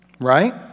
Right